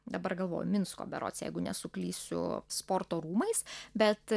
dabar galvoju minsko berods jeigu nesuklysiu sporto rūmais bet